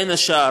בין השאר,